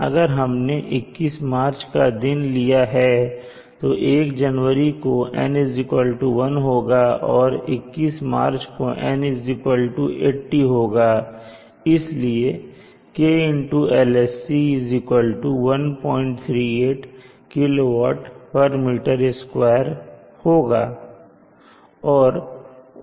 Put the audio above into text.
अगर हमने 21 मार्च का दिन लिया है तो 1 जनवरी को N1 होगा और 21 मार्च को N80 होगा इसलिए k Lsc 138 kWm2 होगी